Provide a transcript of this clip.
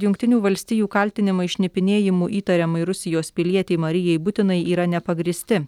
jungtinių valstijų kaltinimai šnipinėjimu įtariamai rusijos pilietei marijai butinai yra nepagrįsti